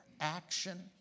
action